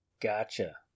Gotcha